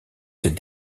s’est